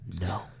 No